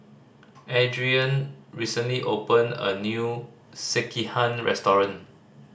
Adrienne recently opened a new Sekihan restaurant